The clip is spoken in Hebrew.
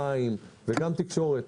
מים וגם תקשורת.